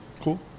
cool